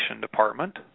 Department